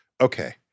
Okay